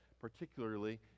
particularly